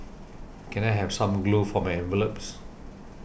can I have some glue for my envelopes